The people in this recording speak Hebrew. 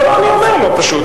לא, אני אומר לו פשוט.